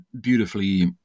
beautifully